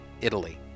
Italy